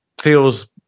feels